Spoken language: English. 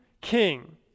king